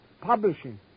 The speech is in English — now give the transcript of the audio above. Publishing